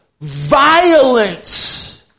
Violence